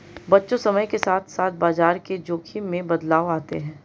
बच्चों समय के साथ साथ बाजार के जोख़िम में बदलाव आते हैं